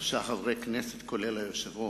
שלושה חברי כנסת, כולל היושב-ראש.